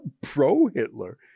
pro-Hitler